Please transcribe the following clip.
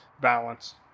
balance